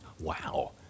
wow